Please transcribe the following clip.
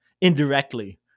indirectly